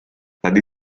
tadi